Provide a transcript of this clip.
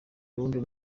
luther